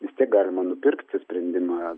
vistiek galima nupirkti sprendimą